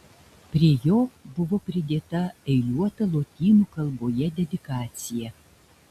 prie jo buvo pridėta eiliuota lotynų kalboje dedikacija